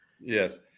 Yes